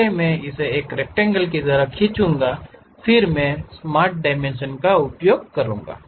पहले मैं इसे एक रक्टैंगल की तरह खींचूंगा फिर मैं स्मार्ट डायमेंशन का उपयोग करूंगा